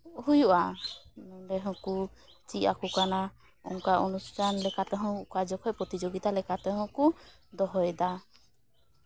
ᱦᱩᱭᱩᱜᱼᱟ ᱱᱚᱰᱮ ᱦᱚᱸᱠᱚ ᱪᱮᱫ ᱟᱠᱚ ᱠᱟᱱᱟ ᱚᱱᱠᱟ ᱚᱱᱩᱥᱴᱷᱟᱱ ᱞᱮᱠᱟ ᱛᱮᱦᱚᱸ ᱚᱠᱟ ᱡᱚᱠᱷᱚᱡ ᱯᱨᱚᱛᱤᱡᱳᱜᱤᱛᱟ ᱞᱮᱠᱟ ᱛᱮᱦᱚᱸ ᱠᱚ ᱫᱚᱦᱚᱭᱮᱫᱟ